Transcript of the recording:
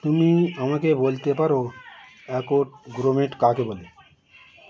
তুমি আমাকে বলতে পারো অ্যাকাউন্ট গ্রোমেট কাকে বলে